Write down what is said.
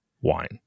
wine